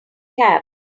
cab